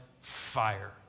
fire